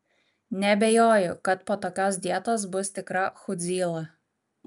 nebejoju kad po tokios dietos bus tikra chudzyla